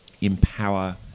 empower